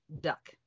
duck